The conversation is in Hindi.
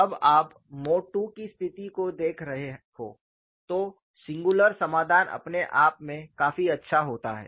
जब आप मोड II की स्थिति को देख रहे हों तो सिंगुलर समाधान अपने आप में काफी अच्छा होता है